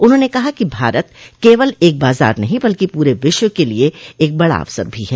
उन्होंने कहा कि भारत केवल एक बाजार नहीं है बल्कि पूरे विश्व के लिए एक बड़ा अवसर भी है